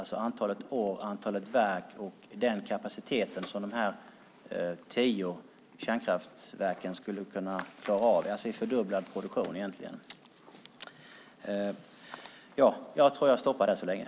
Man får räkna med fördubblad produktion från de tio verken, egentligen.